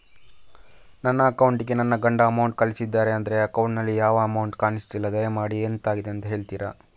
ನನ್ನ ಅಕೌಂಟ್ ಗೆ ನನ್ನ ಗಂಡ ಅಮೌಂಟ್ ಕಳ್ಸಿದ್ದಾರೆ ಆದ್ರೆ ಅಕೌಂಟ್ ನಲ್ಲಿ ಯಾವ ಅಮೌಂಟ್ ಕಾಣಿಸ್ತಿಲ್ಲ ದಯಮಾಡಿ ಎಂತಾಗಿದೆ ಅಂತ ಹೇಳ್ತೀರಾ?